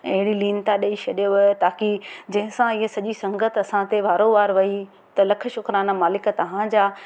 अहिड़ी लीनता ॾई छॾियव ताकि जंहिंसां हीअ सॼी संगतु असांते वारो वार वई त लखु शुक्राना मालिक तव्हांजा